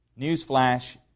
Newsflash